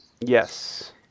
Yes